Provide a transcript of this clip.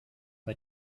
bei